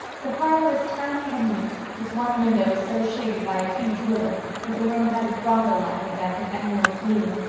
the parlor is tiny and neat. its one window is so shaded by a huge willow that the room has a grotto-like effect of emerald gloom.